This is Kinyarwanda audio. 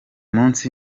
munsi